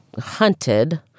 hunted